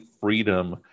freedom